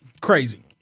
crazy